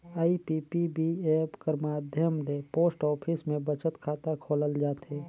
IPPB app कर माध्यम ले पोस्ट ऑफिस में बचत खाता खोलल जाथे